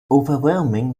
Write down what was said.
overwhelming